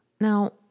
Now